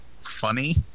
Funny